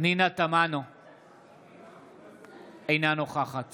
אינה נוכחת